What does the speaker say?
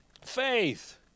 faith